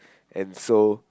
and so